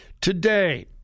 Today